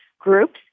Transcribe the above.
groups